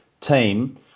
team